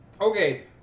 Okay